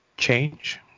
change